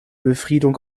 befriedung